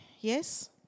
yes